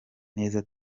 neza